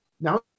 Now